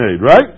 right